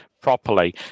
properly